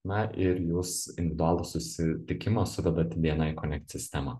na ir jūs individualų susitikimą suvedat į bni konekt sistemą